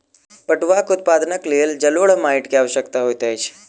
पटुआक उत्पादनक लेल जलोढ़ माइट के आवश्यकता होइत अछि